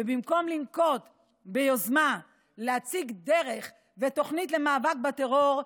ובמקום לנקוט יוזמה ולהציג דרך ותוכנית למאבק בטרור,